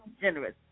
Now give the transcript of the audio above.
generous